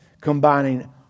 combining